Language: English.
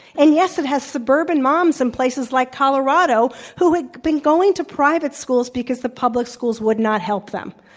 and, yes, it has suburban moms in places like colorado who have been going to private schools because the public schools would not help them.